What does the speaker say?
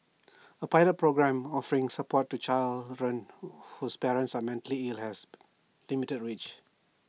A pilot programme offering support to children whose parents are mentally ill has limited reach